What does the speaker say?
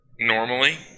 normally